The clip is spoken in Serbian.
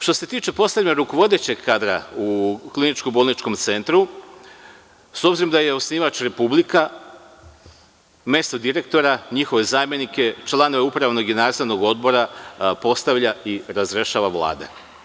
Što se tiče poslednjeg rukovodećeg kadra u kliničko-bolničkom centru, s obzirom da je osnivač Republika - mesto direktora, njihove zamenike, članove upravnog i nadzornog odbora postavlja i razrešava Vlada.